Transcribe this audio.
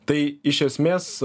tai iš esmės